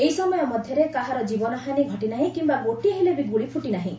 ଏହି ସମୟ ମଧ୍ୟରେ କାହାର ଜୀବନହାନୀ ଘଟିନାହିଁ କିମ୍ବା ଗୋଟିଏ ହେଲେ ବି ଗୁଳି ଫୁଟିନାହିଁ